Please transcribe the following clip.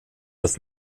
with